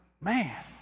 Man